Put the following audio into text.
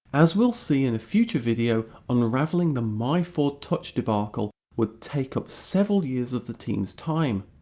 as we'll see in a future video, unravelling the myford touch debacle would take up several years of the team's time.